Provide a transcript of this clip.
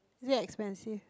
is it expensive